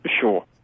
sure